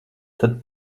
tad